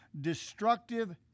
destructive